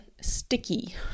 sticky